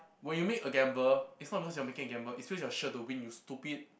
when you make a gamble it's not because you're making a gamble it's because you're sure to win you stupid